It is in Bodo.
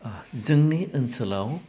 जोंनि ओनसोलाव